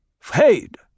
Fade